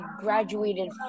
graduated